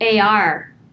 AR